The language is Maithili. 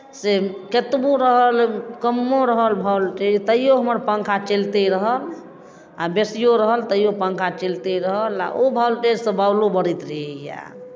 से कतबो रहल कमो रहल भोल्टेज तैओ हमर पंखा चलिते रहल आ बेसिओ रहल तैओ पंखा चलिते रहल आ ओ वोल्टेजसँ बॉलो बरैत रहैए